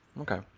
Okay